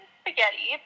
spaghetti